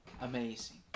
Amazing